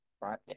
right